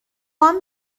وام